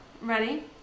Ready